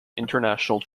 international